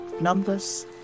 numbers